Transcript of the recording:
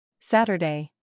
Saturday